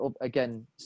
Again